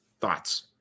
Thoughts